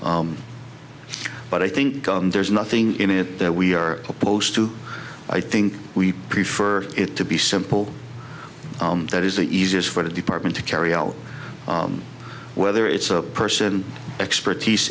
t but i think there's nothing in it that we are opposed to i think we prefer it to be simple that is the easiest for the department to carry out whether it's a person expertise